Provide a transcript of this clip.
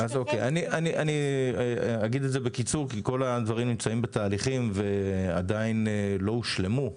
אני אגיד את זה בקיצור כי כל הדברים נמצאים בתהליכים ועדיין לא הושלמו,